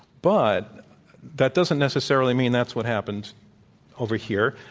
but that doesn't necessarily mean that's what happened over here.